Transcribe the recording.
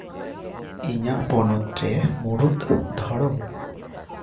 ᱤᱧᱟᱹᱜ ᱯᱚᱱᱚᱛ ᱨᱮ ᱢᱩᱬᱩᱫ ᱫᱷᱚᱨᱚᱢ